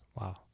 Wow